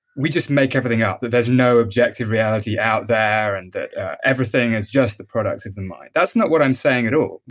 we just make everything up, that there's no objective reality out there and that everything is just the product of the mind. that's not what i'm saying at all.